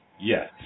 Yes